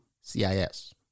CIS